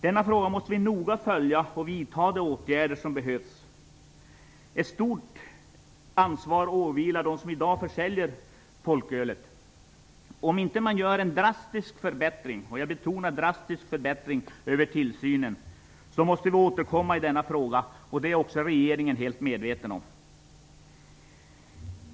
Denna fråga måste vi noga följa, och vi måste vidta de åtgärder som behövs. Ett stort ansvar åvilar dem som i dag försäljer folköl. Om man inte gör en drastisk förbättring - jag betonar drastisk förbättring - över tillsynen måste vi återkomma i denna fråga. Det är också regeringen helt medveten om.